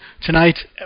tonight